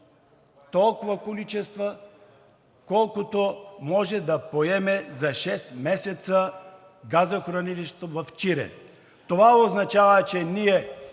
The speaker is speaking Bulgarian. толкова количества, колкото може да поеме за шест месеца газохранилището в Чирен. Това означава, че ние